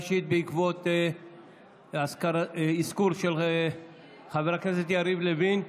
אישית בעקבות אזכור של חבר הכנסת יריב לוין.